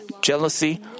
jealousy